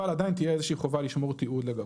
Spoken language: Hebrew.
אבל עדיין תהיה איזושהי חובה לשמור תיעוד לגביו.